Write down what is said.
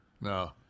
No